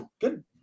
good